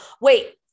Wait